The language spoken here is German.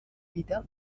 wieder